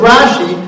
Rashi